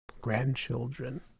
grandchildren